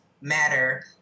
matter